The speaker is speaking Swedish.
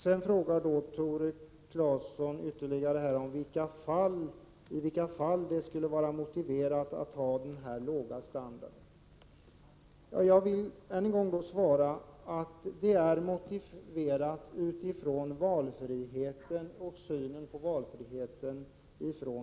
Sedan frågade Tore Claeson i vilka fall det skulle vara motiverat att ha den här låga standarden. Jag vill än en gång svara att det är motiverat med tanke på de äldres valfrihet.